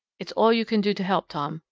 it's all you can do to help, tom.